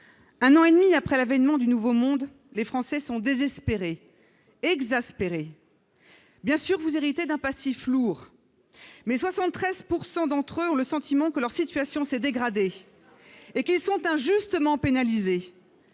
Un an et demi après l'avènement du « nouveau monde », les Français sont désespérés, exaspérés ! Bien sûr, vous héritez d'un passif lourd, mais 73 % d'entre eux ont le sentiment que leur situation s'est dégradée et qu'ils sont injustement pénalisés.